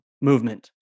movement